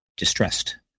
distressed